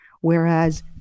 whereas